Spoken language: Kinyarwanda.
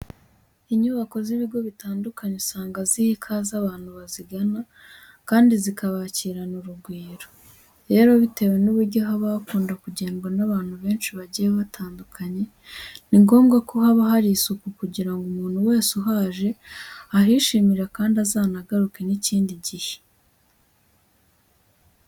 Inyubako z'ibigo bitandukanye usanga ziha ikaze abantu bazigana kandi zikabakirana urugwiro. Rero bitewe n'uburyo haba hakunda kugendwa n'abantu benshi bagiye batandukanye, ni ngombwa ko haba hari isuku kugira ngo umuntu wese uhaje ahishimire kandi azanagaruke n'ikindi gihe.